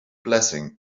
blessing